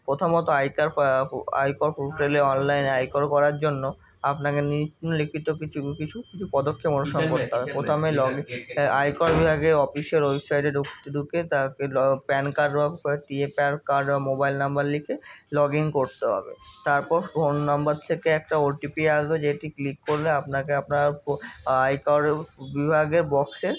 প্রথমত I card প আয়কর পোর্টালে অনলাইন আয়কর করার জন্য আপনাকে নিম্নলিখিত কিছু কিছু কিছু পদক্ষেপ অনুসরণ করতে হবে প্রথমে লগ ইন এই আয়করের আগে অফিসের ওয়েবসাইটে ঢুকতে ঢুকে তারপরে ল প্যান কার্ড নম্বর দিয়ে প্যান কার্ড আর মোবাইল নম্বর লিকে লগ ইন করতে হবে তারপর ফোন নম্বর থেকে একটা ওটিপি আসবে যেটি ক্লিক করলে আপনাকে আপনার প আয়কর বিভাগে বক্সে